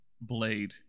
blade